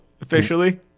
officially